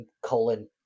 colon